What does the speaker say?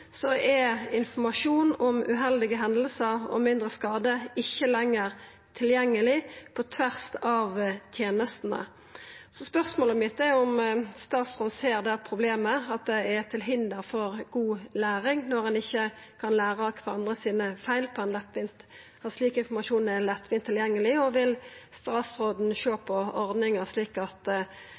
er informasjon om uheldige hendingar og mindre skadar ikkje lenger tilgjengeleg på tvers av tenestene. Spørsmålet mitt er om statsråden ser det problemet, at det er til hinder for god læring når ein ikkje kan lære av kvarandre sine feil og ha slik informasjon lett tilgjengeleg. Vil statsråden sjå på ordninga, slik at